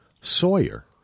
Sawyer